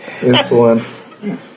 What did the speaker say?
insulin